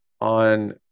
on